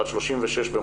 בת 36 במותה,